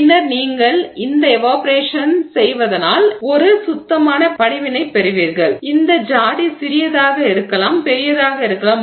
பின்னர் நீங்கள் இந்த எவாப்பொரேஷன் செய்வதனால் ஒரு சுத்தமான படிவினைப் பெறுவீர்கள் இந்த குடுவை ஜாடி சிறியதாக இருக்கலாம் பெரியதாக இருக்கலாம்